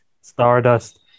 Stardust